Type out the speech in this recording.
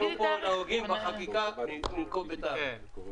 אנחנו נוהגים בחקיקה לנקוב בתאריך.